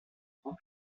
grand